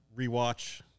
rewatch